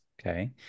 okay